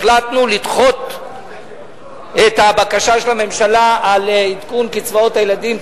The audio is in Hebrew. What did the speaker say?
החלטנו לדחות את הבקשה של הממשלה על עדכון קצבאות הילדים,